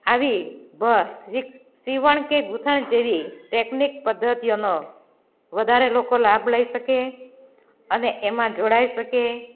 આવી સીવણ કે ગૂંથણ જેવી ટેકનિક પદ્ધતિઓનો વધારે લોકો લાભ લઈ શકે અને એમાં જોડાઈ શકે